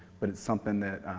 but it's something that